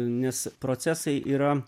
nes procesai yra